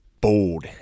Bold